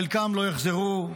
חלקם לא יחזרו,